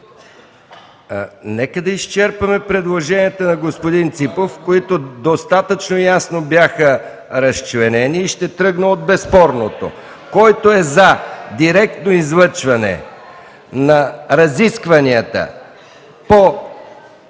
Нека да изчерпаме предложенията на господин Ципов, които достатъчно ясно бяха разчленени, и ще тръгна от безспорното. Който е за директно излъчване на разискванията по